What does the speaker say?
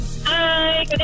Hi